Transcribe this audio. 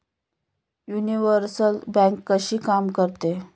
Universal bank कशी काम करते?